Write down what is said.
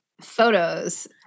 photos